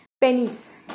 pennies